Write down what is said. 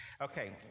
Okay